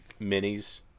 minis